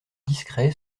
discret